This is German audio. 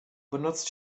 benutzt